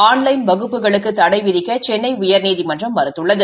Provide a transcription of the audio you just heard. online வகுப்புகளுக்கு தடை விதிக்க சென்னை உயா்நீதிமன்றம் மறுத்துள்ளது